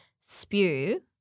spew